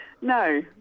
No